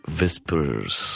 whispers